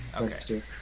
Okay